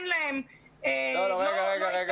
רגע.